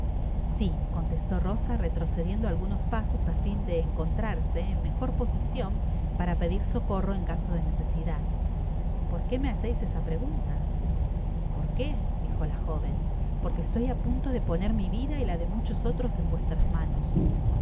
si contestó rosa retrocediendo algunos pasos á fin de encontrarse en mejor posicion para pedir socorro en caso de necesidad porque me haceis esta pregunta por qué dijo la joven porque estoy á punto de poner mi vida y la de muchos otros entre vuestras manos